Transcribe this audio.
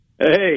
Hey